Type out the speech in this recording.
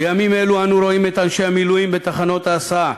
בימים אלו אנו רואים את אנשי המילואים בתחנות ההסעה,